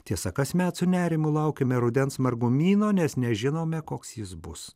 tiesa kasmet su nerimu laukiame rudens margumyno nes nežinome koks jis bus